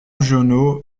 giono